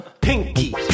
Pinky